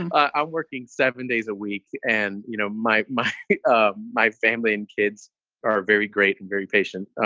and i'm working seven days a week. and, you know, my my ah my family and kids are very great and very patient.